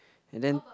and then